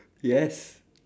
yes